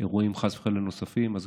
אירועים נוספים, חס וחלילה.